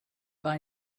buy